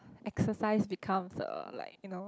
exercise becomes uh like you know